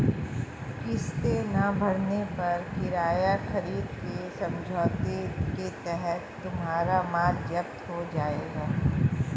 किस्तें ना भरने पर किराया खरीद के समझौते के तहत तुम्हारा माल जप्त हो जाएगा